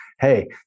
hey